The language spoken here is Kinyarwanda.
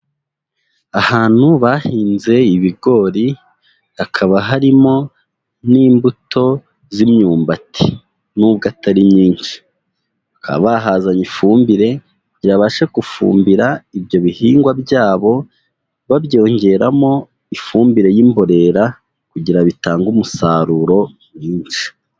Ahantu bahinze ibigori, hakaba harimo n'imbuto z'imyumbati n'ubwo atari myinshi, bakaba bahazanye ifumbire kugira ngo babashe gufumbira ibyo bihingwa byabo, babyongeramo ifumbire y'imborera kugira ngo bitange umusaruro mwinshi.